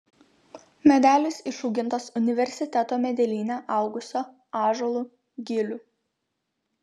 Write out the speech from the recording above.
medelis išaugintas universiteto medelyne augusio ąžuolo gilių